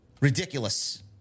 Ridiculous